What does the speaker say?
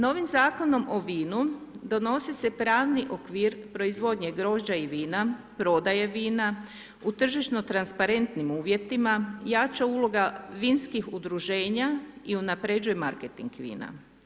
Novim Zakonom o vinu donosi se pravni okvir proizvodnje grožđa i vina, prodaje vina, u tržišno transparentnim uvjetima jača uloga vinskih udruženja i unapređuje marketing vina.